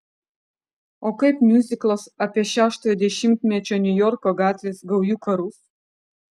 o kaip miuziklas apie šeštojo dešimtmečio niujorko gatvės gaujų karus